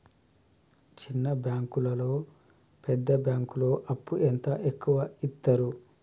చిన్న బ్యాంకులలో పెద్ద బ్యాంకులో అప్పు ఎంత ఎక్కువ యిత్తరు?